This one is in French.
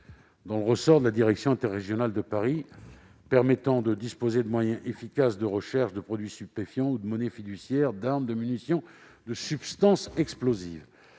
dans le ressort de la direction interrégionale des services pénitentiaires de Paris, permettant de disposer de moyens efficaces de recherche de produits stupéfiants, de monnaie fiduciaire, d'armes, de munitions ou de substances explosives.